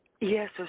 Yes